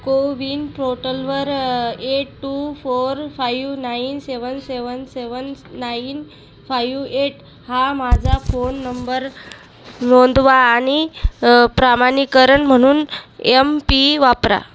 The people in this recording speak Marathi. कोविन पोर्टलवर eight two four five nine seven seven seven nine five eight हा माझा फोन नंबर नोंदवा आणि प्रामाणीकरण म्हणून एमपी वापरा